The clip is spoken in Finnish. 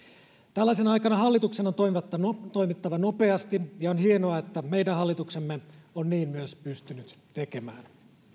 tällaisena aikana hallituksen on toimittava nopeasti ja on hienoa että meidän hallituksemme on niin myös pystynyt tekemään